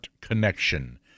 connection